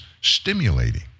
stimulating